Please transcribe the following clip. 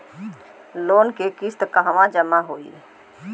Loan के किस्त कहवा जामा होयी?